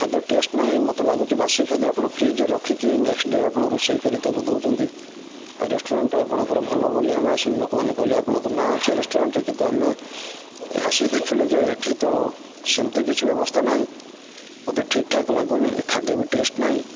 ଖାଦ୍ୟ ଟେଷ୍ଟ ନାହିଁ ମୋତେ ଲାଗୁଛି ବାସି ଖାଦ୍ୟ ଆପଣ ଫ୍ରିଜରେ ରଖିକି ନେକ୍ସଟ ଡେ ଆପଣ ରୋଷେଇ କରି ତାକୁ ଦଉଛନ୍ତି ଆଉ ରେଷ୍ଟୁରାଣ୍ଟ ଆପଣଙ୍କର ଭଲ ବୋଲି ଆମେ ଆସିଲୁ ଲୋକମାନେ କହିଲେ ଆପଣଙ୍କ ନାଁ ଅଛି ରେଷ୍ଟୁରାଣ୍ଟରେ କିନ୍ତୁ ଆମେ ଆସି ଦେଖିଲୁ ଯେ ଏଠି ତ ସେମିତି କିଛି ବ୍ୟବସ୍ଥା ନାହିଁ ମୋତେ ଠିକ ଠାକ୍ ଲାଗୁନି ଏ ଖାଦ୍ୟ ବି ଟେଷ୍ଟ ନାହିଁ